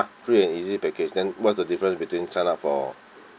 free and easy package then what's the difference between sign up for